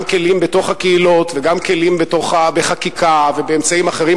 גם כלים בתוך הקהילות וגם כלים בחקיקה ובאמצעים אחרים,